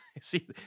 See